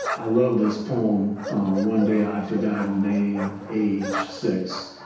i love this poem one day i forgot and name, age, sex,